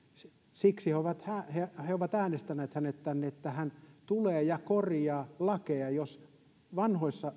siksi he ovat äänestäneet hänet tänne että hän tulee ja korjaa lakeja jos vanhoissa